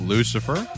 Lucifer